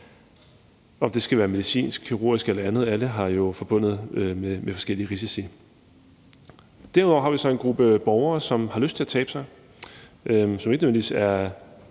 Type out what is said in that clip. om den skal være medicinsk, kirurgisk eller noget andet. Alle typer er jo forbundet med forskellige risici. Derudover har vi så en gruppe borgere, som har lyst til at tabe sig, som ikke nødvendigvis er